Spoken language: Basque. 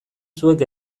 zuek